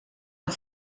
nog